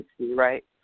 right